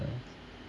um